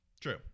True